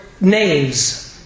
names